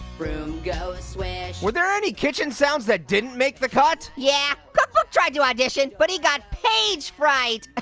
broom goes, swish. were there any kitchen sounds that didn't make the cut? yeah, cookbook tried to audition but he got page fright.